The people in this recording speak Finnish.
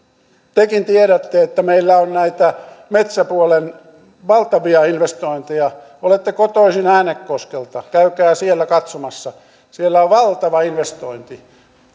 tekin tiedätte että meillä on näitä metsäpuolen valtavia investointeja olette kotoisin äänekoskelta käykää siellä katsomassa siellä on valtava investointi